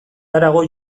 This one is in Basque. harago